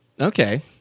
Okay